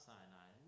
Sinai